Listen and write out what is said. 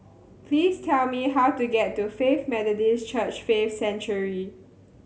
please tell me how to get to Faith Methodist Church Faith Sanctuary